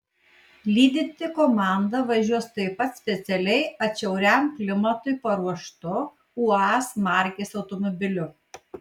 lydinti komanda važiuos taip pat specialiai atšiauriam klimatui paruoštu uaz markės automobiliu